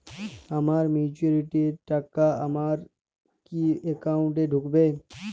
আমার ম্যাচুরিটির টাকা আমার কি অ্যাকাউন্ট এই ঢুকবে?